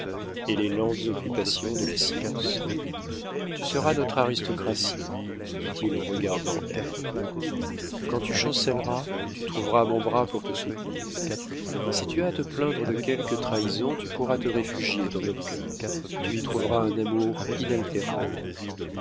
et les lentes occupations de la science tu seras notre aristocratie dit-il en regardant ève quand tu chancelleras tu trouveras mon bras pour te soutenir si tu as à te plaindre de quelque trahison tu pourras te réfugier dans nos cœurs tu y trouveras un amour inaltérable